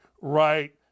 right